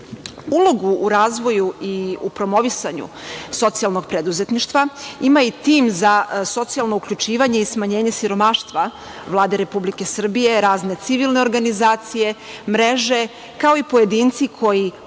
u razvoju i u promovisanju socijalnog preduzetništva ima i tim za socijalno uključivanje i smanjenje siromaštva Vlade Republike Srbije, razne civilne organizacije, mreže, kao i pojedinci koji pomažu